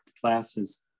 classes